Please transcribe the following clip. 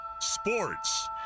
Sports